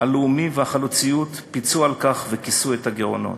הלאומי והחלוציות פיצו על כך וכיסו את הגירעונות.